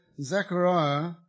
Zechariah